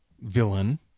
villain